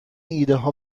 ایدهها